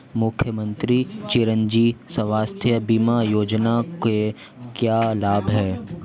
मुख्यमंत्री चिरंजी स्वास्थ्य बीमा योजना के क्या लाभ हैं?